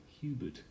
Hubert